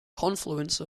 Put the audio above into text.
confluence